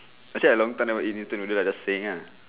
actually I long time never eat instant noodle just saying ah